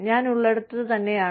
ഞാൻ ഉള്ളിടത്തുതന്നെയാണ്